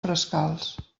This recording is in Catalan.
frescals